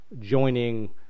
joining